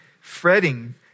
fretting